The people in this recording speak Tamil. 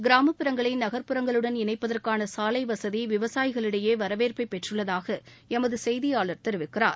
கிராமப்புறங்களை நகர்ப்புறங்களுடன் இணைப்பதற்கான சாலை வசதி விவசாயிகளிடையே வரவேற்பை பெற்றுள்ளதாக எமது செய்தியாளர் தெரிவிக்கிறார்